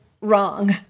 wrong